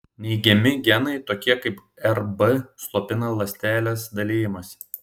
neigiami genai tokie kaip rb slopina ląstelės dalijimąsi